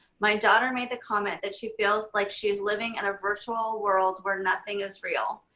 my daughter made the comment that she feels like she's living in a virtual world where nothing is real.